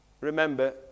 Remember